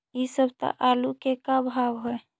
इ सप्ताह आलू के का भाव है?